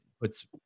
puts